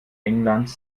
englands